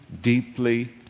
deeply